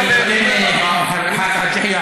אני קובע שאתה לא מכיר את החוק, אם אתה מדבר ככה.